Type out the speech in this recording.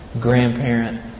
grandparent